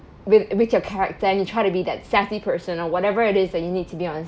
with with your character and you try to be that sassy person or whatever it is that you need to be on